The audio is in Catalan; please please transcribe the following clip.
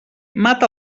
mata